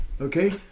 Okay